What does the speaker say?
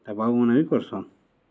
ତା ବାବୁମାନେ ବି କରସନ୍